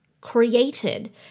created